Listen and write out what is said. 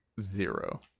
Zero